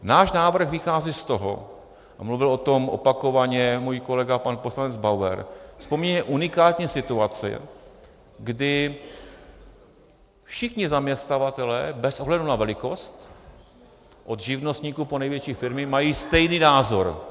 Náš návrh vychází, a mluvil o tom opakovaně můj kolega pan poslanec Bauer, z poměrně unikátní situace, kdy všichni zaměstnavatelé bez ohledu na velikost, od živnostníků po největší firmy, mají stejný názor.